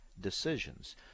decisions